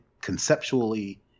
conceptually